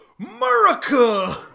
murica